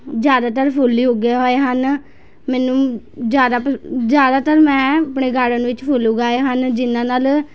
ਜ਼ਿਆਦਾਤਰ ਫੁੱਲ ਹੀ ਉੱਗੇ ਹੋਏ ਹਨ ਮੈਨੂੰ ਜ਼ਿਆਦਾ ਪ ਜ਼ਿਆਦਾਤਰ ਮੈਂ ਆਪਣੇ ਗਾਰਡਨ ਵਿੱਚ ਫੁੱਲ ਉਗਾਏ ਹਨ ਜਿਨ੍ਹਾਂ ਨਾਲ